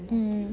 mm